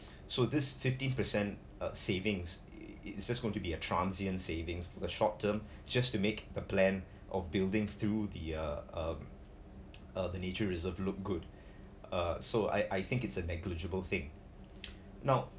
so this fifteen percent uh savings it's just going to be a transient savings for the short term just to make the plan of building through the uh um uh the nature reserve look good uh so I I think it's a negligible thing now